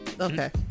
Okay